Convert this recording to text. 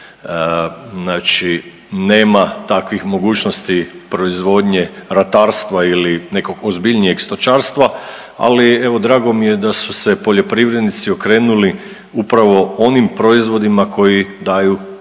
znači nema takvih mogućnosti proizvodnje, ratarstva ili nekog ozbiljnijeg stočarstva, ali evo drago mi je da su se poljoprivrednici okrenuli upravo onim proizvodima koji daju dodanu